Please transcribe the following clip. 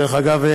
דרך אגב,